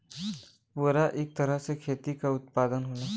पुवरा इक तरह से खेती क उत्पाद होला